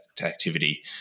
activity